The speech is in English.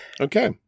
okay